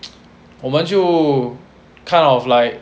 我们就 kind of like